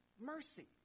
mercy